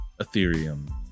ethereum